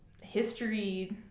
history